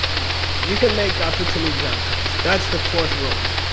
you can make opportunities out of problems. that's the fourth worldview.